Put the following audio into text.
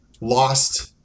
lost